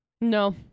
No